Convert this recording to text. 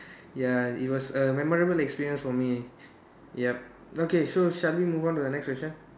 ya it was a memorable experience for me yup okay so shall we move on to the next question